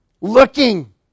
looking